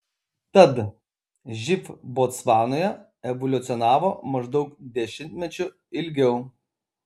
tad živ botsvanoje evoliucionavo maždaug dešimtmečiu ilgiau